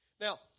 Now